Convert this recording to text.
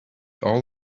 all